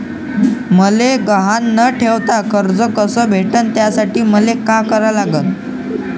मले गहान न ठेवता कर्ज कस भेटन त्यासाठी मले का करा लागन?